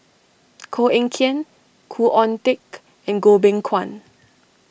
Koh Eng Kian Khoo Oon Teik and Goh Beng Kwan